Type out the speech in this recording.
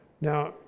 Now